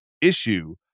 issue